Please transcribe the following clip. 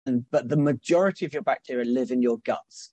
אבל הגמרות של הבקטירה חיובות לגמרי שלכם.